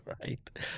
Right